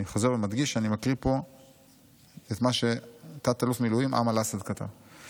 אני חוזר ומדגיש שאני מקריא פה את מה שתא"ל במילואים אמל אסעד כתב.